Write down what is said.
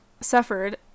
suffered